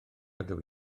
ydw